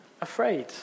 afraid